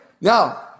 Now